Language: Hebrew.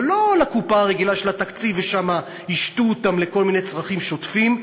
אבל לא לקופה הרגילה של התקציב ושם ישתו אותם לכל מיני צרכים שוטפים,